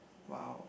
!wow!